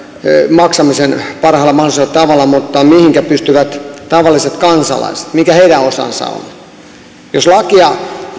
maksamisen parhaalla mahdollisella tavalla mutta mihinkä pystyvät tavalliset kansalaiset mikä heidän osansa on jos lakia